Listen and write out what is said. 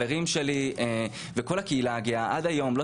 חברים שלי וכל הקהילה הגאה עד היום לא